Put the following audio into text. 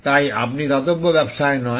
তাই আপনি দাতব্য ব্যবসায় নয়